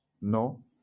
No